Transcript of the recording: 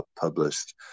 published